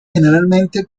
generalmente